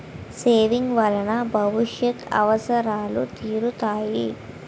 saving వలన భవిష్యత్ అవసరాలు తీరుతాయి